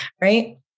right